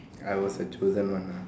I was a chosen one ah